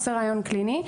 עושה ראיון קליני,